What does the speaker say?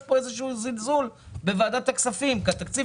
יש פה איזשהו זלזול בוועדת הכספים כי התקציב